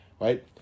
right